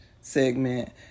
segment